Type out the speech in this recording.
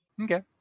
Okay